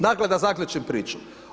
Dakle, da zaključim priču.